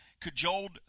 cajoled